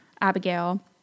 Abigail